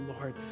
Lord